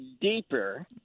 deeper